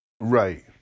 right